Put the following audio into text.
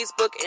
Facebook